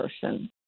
person